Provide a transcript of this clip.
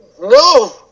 No